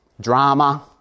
drama